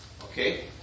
Okay